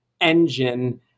engine